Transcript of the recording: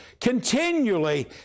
continually